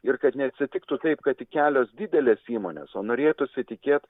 ir kad neatsitiktų taip kad tik kelios didelės įmonės o norėtųsi tikėt